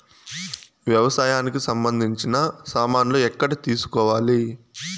వ్యవసాయానికి సంబంధించిన సామాన్లు ఎక్కడ తీసుకోవాలి?